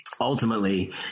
ultimately